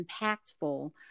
impactful